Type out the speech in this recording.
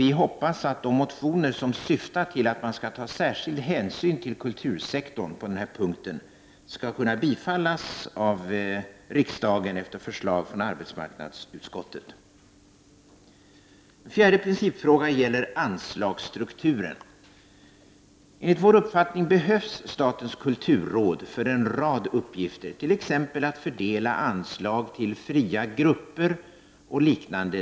Vi hoppas att de motioner som syftar till att man på den här punkten skall ta särskild hänsyn till kultursektorn kan bifallas av riksdagen efter förslag från arbetsmarknadsutskottet. En fjärde principfråga gäller anslagsstrukturen. Enligt vår uppfattning behövs statens kulturråd för en rad uppgifter, t.ex. för att fördela anslagen till fria grupper och liknande.